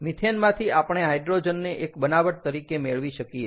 મિથેનમાંથી આપણે હાઇડ્રોજનને એક બનાવટ તરીકે મેળવી શકીએ